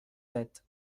sept